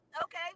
Okay